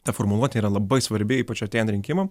ta formuluotė yra labai svarbi ypač artėjan rinkimams